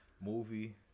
movie